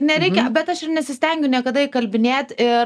nereikia bet aš ir nesistengiu niekada įkalbinėt ir